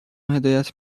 هدایت